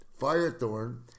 Firethorn